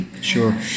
sure